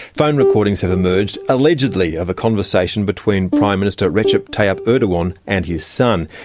phone recordings have emerged allegedly of a conversation between prime minister recep tayyip erdogan and his son.